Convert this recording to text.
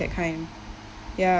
that kind ya